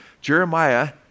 Jeremiah